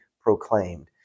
proclaimed